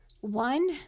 one